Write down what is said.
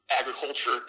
agriculture